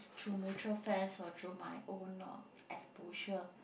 through mutual friends or through my own exposure